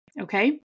okay